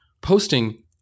posting